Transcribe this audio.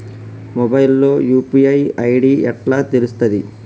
Mobile లో UPI ID ఎట్లా తెలుస్తది?